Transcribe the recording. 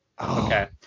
Okay